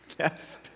Yes